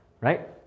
right